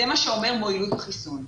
זה מה שאומר מועילות החיסון.